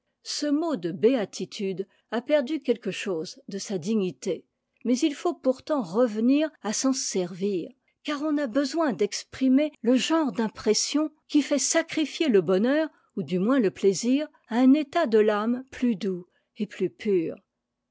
ce mot de béatitude a perdu quelque chose de sa dignité mais il faut pourtant revenir à s'en servir car on a besoin d'exprimer le genre d'impressions qui fait sacrifier le bonheur ou du moins le plaisir à un état de vâme plus doux et plus pur